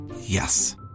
Yes